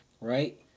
right